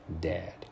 dead